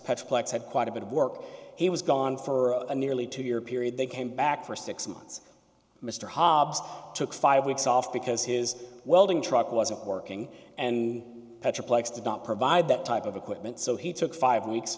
plex had quite a bit of work he was gone for a nearly two year period they came back for six months mr hobbs took five weeks off because his welding truck wasn't working and the triplex did not provide that type of equipment so he took five weeks